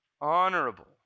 honorable